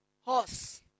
horse